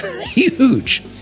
huge